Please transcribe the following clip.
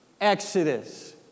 exodus